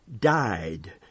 died